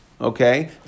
Okay